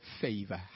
favor